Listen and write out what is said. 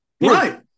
Right